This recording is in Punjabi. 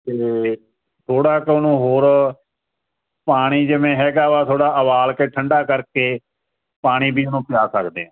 ਤੇ ਥੋੜਾ ਕ ਉਹਨੂੰ ਹੋਰ ਪਾਣੀ ਜਿਵੇਂ ਹੈਗਾ ਵਾ ਥੋੜਾ ਉਬਾਲ ਕੇ ਠੰਡਾ ਕਰਕੇ ਪਾਣੀ ਵੀ ਉਹਨੂੰ ਪਿਆ ਸਕਦੇ